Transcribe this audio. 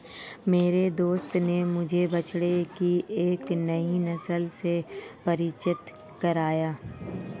मेरे दोस्त ने मुझे बछड़े की एक नई नस्ल से परिचित कराया